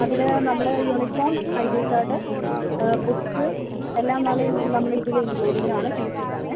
അതില് നമ്മൾ uniform I D card books എല്ലാം ഇൻക്ലൂഡിങ് ആണ് ഫീസിൽ തന്നെ